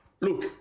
Look